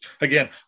again